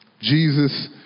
Jesus